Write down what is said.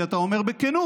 כי אתה אומר בכנות: